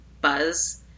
buzz